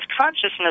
consciousness